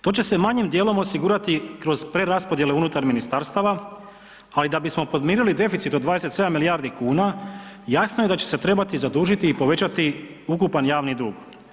To će se manjim dijelom osigurati kroz preraspodijele unutar ministarstava, ali da bismo podmirili deficit od 27 milijardi kuna, jasno je da će se trebati zadužiti i povećati ukupan javni dug.